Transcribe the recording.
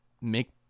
make